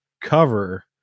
cover